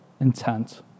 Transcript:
intent